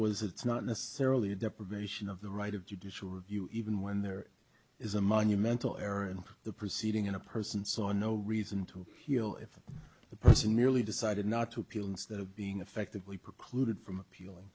was it's not necessarily a deprivation of the right of judicial review even when there is a monumental error and the proceeding in a person saw no reason to feel if the person merely decided not to appeal instead of being effectively precluded from appealing